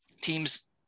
Teams